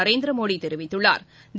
நரேந்திரமோடிதெரிவித்துள்ளாா்